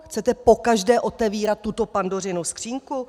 Chcete pokaždé otevírat tuto Pandořinu skříňku?